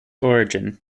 origin